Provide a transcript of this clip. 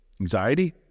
Anxiety